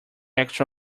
extra